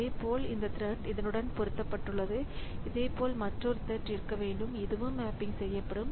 இதேபோல் இந்த த்ரெட் இதனுடன் பொருத்தப்பட்டுள்ளது இதேபோல் மற்றொரு த்ரெட் இருக்க வேண்டும் இதுவும் மேப்பிங் செய்யப்படும்